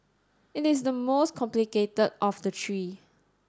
it is the most complicated of the three